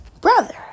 Brother